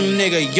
nigga